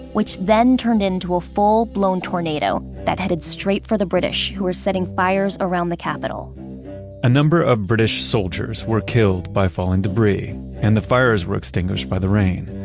which then turned into a full-blown tornado that headed straight for the british who were setting fires around the capitol a number of british soldiers were killed by falling debris and the fires were extinguished by the rain.